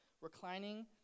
reclining